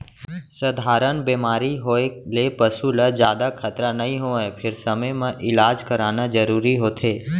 सधारन बेमारी होए ले पसू ल जादा खतरा नइ होवय फेर समे म इलाज कराना जरूरी होथे